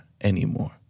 anymore